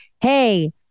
hey